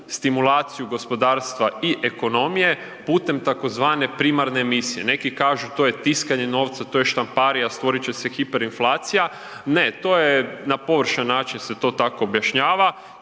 stimulaciju gospodarstva i ekonomije putem tzv. primarne emisije. Neki kažu to je tiskanje novca, to je štamparija stvorit će se hiperinflacija. Ne, to je na površan način se to tako objašnjava